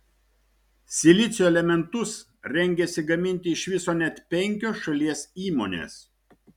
silicio elementus rengiasi gaminti iš viso net penkios šalies įmonės